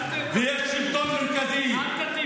אתה מדבר?